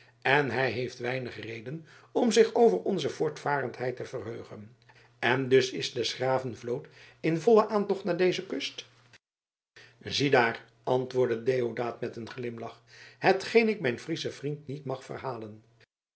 en hij heeft weinig reden om zich over onze voortvarendheid te verheugen en dus is des graven vloot in vollen aantocht naar deze kust ziedaar antwoordde deodaat met een glimlach hetgeen ik mijn frieschen vriend niet mag verhalen